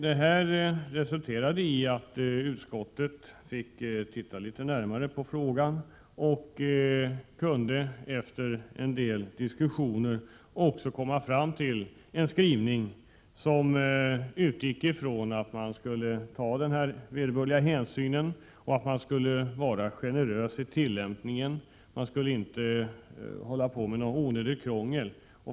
Detta resulterade i att utskottet fick studera frågan, och det kunde efter en del diskussioner komma fram till en skrivning som utgick från att man skulle ta vederbörlig hänsyn och vara generös vid tillämpningen. Man skulle inte hålla på med onödigt krångel.